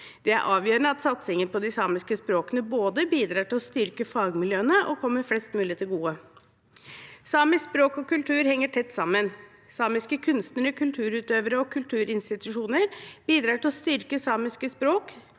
Det er avgjørende at satsingen på de samiske språkene både bidrar til å styrke fagmiljøene og kommer flest mulig til gode. Samisk språk og kultur henger tett sammen. Samiske kunstnere, kulturutøvere og kulturinstitusjoner bidrar til å styrke samiske språk.